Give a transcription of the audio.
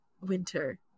Winter